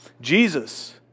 Jesus